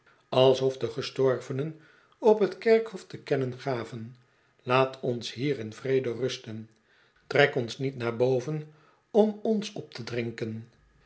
alsof de gestorvenen op t kerkhof te kennen gaven laat ons hier in vrede rusten trek ons niet naar boven om ons op te drinken